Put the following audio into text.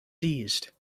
seized